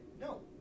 No